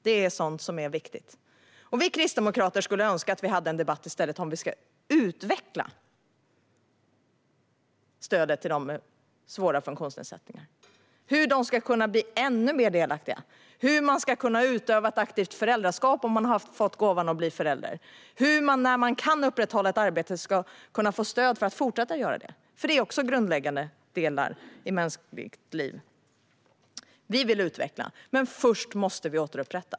Det är sådant som är viktigt. Vi kristdemokrater skulle önska att vi i stället hade en debatt om hur vi ska utveckla stödet till dem med svåra funktionsnedsättningar, hur de ska kunna bli ännu mer delaktiga, hur de ska kunna utöva ett aktivt föräldraskap om de har haft fått gåvan att bli förälder och hur de om de kan upprätthålla ett arbete ska kunna få stöd för att fortsätta att göra det. Det är grundläggande delar i mänskligt liv. Vi vill utveckla, men först måste vi återupprätta.